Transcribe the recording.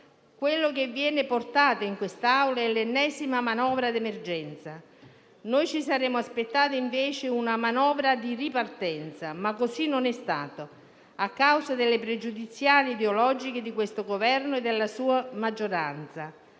Ciò che viene portato in quest'Aula è l'ennesima manovra d'emergenza; ce ne saremmo aspettati invece una di ripartenza, ma così non è stato, a causa dei pregiudizi ideologici del Governo e della sua maggioranza,